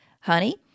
Honey